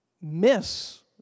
miss